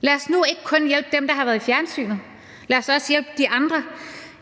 Lad os nu ikke kun hjælpe dem, der har været i fjernsynet. Lad os også hjælpe de andre.